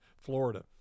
Florida